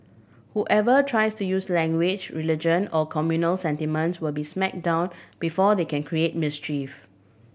whoever tries to use language religion or communal sentiments will be smack down before they can create mischief